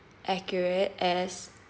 accurate as